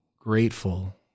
grateful